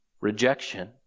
rejection